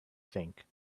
think